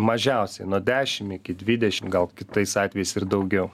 mažiausiai nuo dešim iki dvidešim gal kitais atvejais ir daugiau